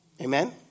Amen